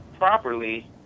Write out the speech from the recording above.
properly